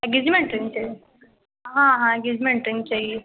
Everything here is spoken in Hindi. एंगेजमेंट रिंग चाहिए हाँ हाँ इंगेजमेंट रिंग चाहिए